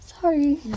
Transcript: sorry